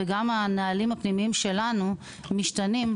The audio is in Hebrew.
הנהלים הפנימיים שלנו משתנים,